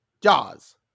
Jaws